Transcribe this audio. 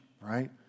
right